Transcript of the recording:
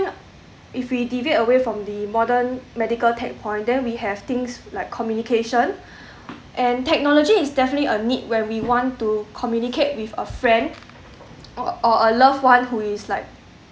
if we deviate away from the modern medical tech point then we have things like communication and technology is definitely a need where we want to communicate with a friend or or a loved one who is like